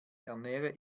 ernähre